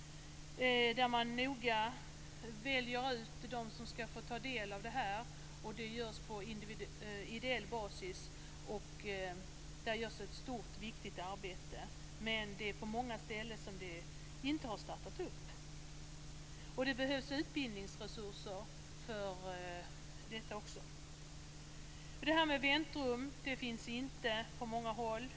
Man väljer noga ut dem som skall få ta del av utbildningen, och den sker på ideell basis. Det görs ett stort och viktigt arbete. Men på många ställen har utbildningen inte startat. Det behövs också resurser för utbildningen. Som vi hörde tidigare finns på många håll inga väntrum.